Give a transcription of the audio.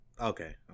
okay